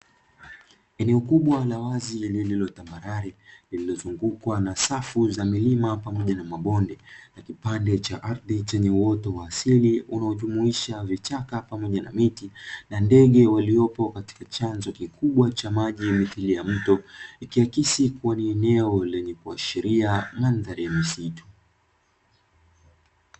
Eneo kubwa la wazi lililotambarare, lilizozungukwa na safu za milima pamoja na mabonde na kipande cha ardhi chenye uoto wa asili unaojumuisha vichaka pamoja na miti, na ndege waliopo katika chanzo kikubwa cha maji mithili ya mto, ikiakisi kuwa ni eneo lenye kuashiria mandhari ya misitu.